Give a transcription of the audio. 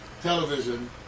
Television